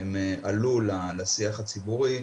הם עלו לשיח הציבורי.